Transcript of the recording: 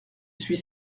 suis